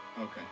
Okay